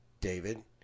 David